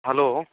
hello